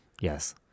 Yes